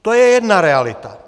To je jedna realita.